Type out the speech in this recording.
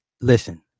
listen